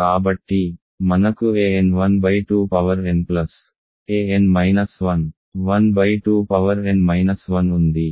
కాబట్టి మనకు an 1 2n plus 12n 1 ఉంది